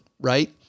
right